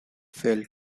failed